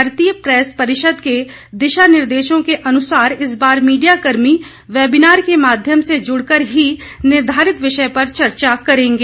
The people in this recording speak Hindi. भारतीय प्रेस परिषद के दिशा निर्देशों के अनुसार इस बार मीडिया कर्मी वैबिनार के माध्यम से जुड़कर ही निर्धारित विषय पर चर्चा करेंगे